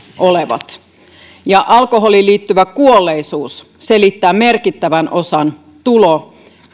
olevat alkoholiin liittyvä kuolleisuus selittää merkittävän osan tulo